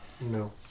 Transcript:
No